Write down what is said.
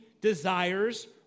desires